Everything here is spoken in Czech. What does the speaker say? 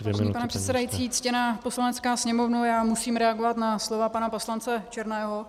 Vážený pane předsedající, ctěná Poslanecká sněmovno, já musím reagovat na slova pana poslance Černého.